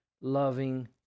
loving